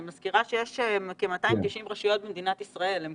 אני מזכירה שיש כ-290 רשויות במדינת ישראל הן